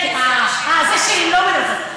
אל תדאגי, אצל הגברים עברתם אותנו.